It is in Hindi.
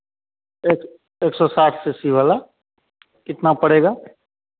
एक एक सौ साठ सी सी वाला कितना पड़ेगा